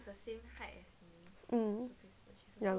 mm ya lor mm